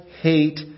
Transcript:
hate